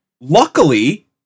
Luckily